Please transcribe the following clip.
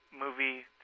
movie